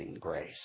grace